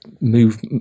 move